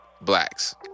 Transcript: Blacks